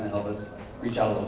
us reach out a little.